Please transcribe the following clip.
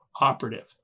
operative